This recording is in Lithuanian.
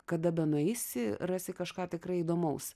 kada benueisi rasi kažką tikrai įdomaus